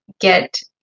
get